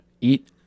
Eat